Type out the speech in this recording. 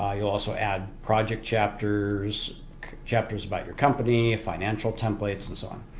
ah you'll also add project chapters chapters about your company, financial templates. and so um